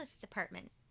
department